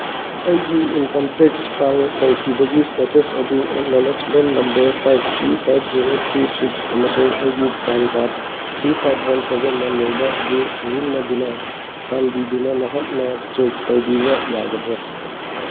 ꯑꯩꯒꯤ income tax file ꯇꯧꯈꯤꯕꯒꯤ status ꯑꯗꯨ acknowledgement number five three five zero three six ꯑꯃꯁꯨꯡ ꯑꯩꯒꯤ PAN card three five one ꯁꯚꯦꯟꯅ ꯂꯣꯏꯕ ꯑꯗꯨ ꯁꯤꯖꯤꯟꯅꯗꯨꯅ ꯆꯥꯟꯕꯤꯗꯨꯅ ꯅꯍꯥꯛꯅ ꯆꯦꯛ ꯇꯧꯕꯤꯕ ꯌꯥꯒꯗ꯭ꯔꯥ